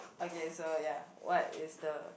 okay so ya what is the